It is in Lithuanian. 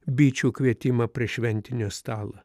bičių kvietimą prie šventinio stala